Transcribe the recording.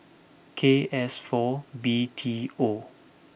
K S four B T O